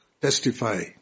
Testify